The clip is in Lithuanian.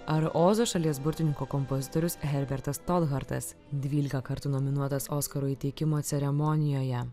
ar ozo šalies burtininko kompozitorius herbertas stodhartas dvylika kartų nominuotas oskarų įteikimo ceremonijoje